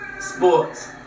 Sports